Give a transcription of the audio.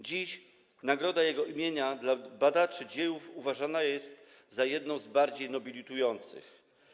Dziś nagroda jego imienia dla badaczy dziejów uważana jest za jedną z bardziej nobilitujących.